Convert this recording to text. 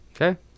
Okay